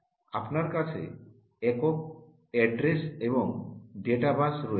আপনার কাছে একক অ্যাড্রেস এবং ডেটা বাস রয়েছে